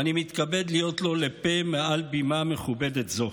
ואני מתכבד להיות לו לפה מעל בימה מכובדת זו.